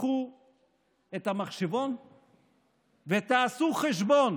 שתיקחו את המחשבון ותעשו חשבון